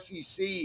SEC